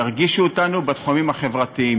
ירגישו אותנו בתחומים החברתיים,